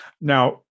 Now